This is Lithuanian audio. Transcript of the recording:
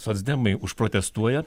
socdemai užprotestuoja